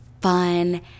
fun